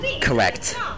Correct